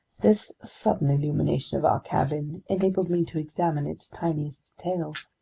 this sudden illumination of our cabin enabled me to examine its tiniest details.